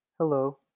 Hello